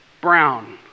brown